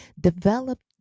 developed